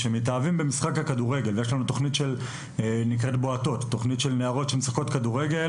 יש לנו תכנית שנקראת "בועטות" לנערות שמשחקות כדורגל